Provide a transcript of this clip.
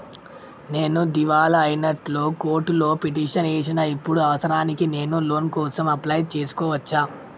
నేను దివాలా అయినట్లు కోర్టులో పిటిషన్ ఏశిన ఇప్పుడు అవసరానికి నేను లోన్ కోసం అప్లయ్ చేస్కోవచ్చా?